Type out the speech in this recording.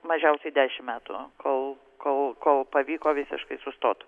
mažiausiai dešimt metų kol kol kol pavyko visiškai sustot